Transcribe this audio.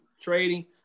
trading